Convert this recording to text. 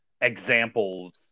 examples